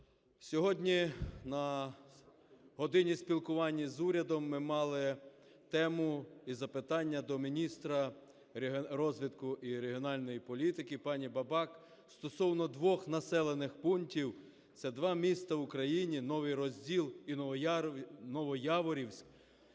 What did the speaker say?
Сьогодні на годині спілкування з Урядом ми мали тему і запитання до міністра розвитку і регіональної політики пані Бабак стосовно двох населених пунктів – це два міста в Україні Новий Розділ і Новояворівськ,